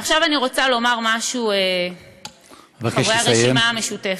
עכשיו אני רוצה לומר משהו לחברי הרשימה המשותפת,